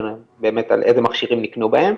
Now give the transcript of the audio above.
על איזה מכשירים נקנו בהם,